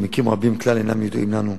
ומקרים רבים כלל אינם ידועים לנו,